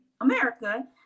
America